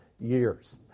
years